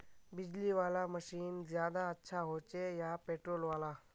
बिजली वाला मशीन ज्यादा अच्छा होचे या पेट्रोल वाला?